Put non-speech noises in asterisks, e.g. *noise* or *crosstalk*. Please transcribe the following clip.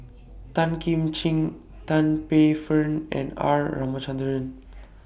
Tan Kim Ching Tan Paey Fern and R Ramachandran *noise*